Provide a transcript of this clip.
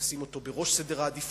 ולשים אותו בראש סדר העדיפויות,